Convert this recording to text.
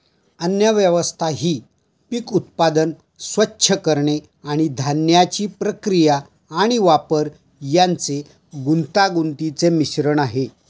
अन्नव्यवस्था ही पीक उत्पादन, स्वच्छ करणे आणि धान्याची प्रक्रिया आणि वापर यांचे गुंतागुंतीचे मिश्रण आहे